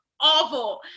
awful